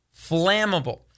flammable